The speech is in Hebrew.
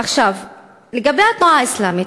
עכשיו, לגבי התנועה האסלאמית,